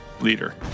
Leader